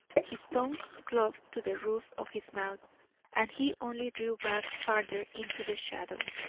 his tongue clove to the roof of his mouth and he only drew back farther into the shadow.